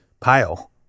pile